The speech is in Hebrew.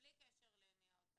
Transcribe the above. אתה תבוא ותגיד לאוצר,